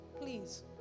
please